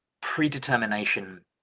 predetermination